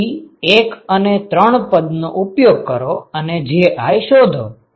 તેથી 1 અને 3 પદ નો ઉપયોગ કરો અને Ji શોધો